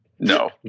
No